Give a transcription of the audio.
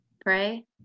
Pray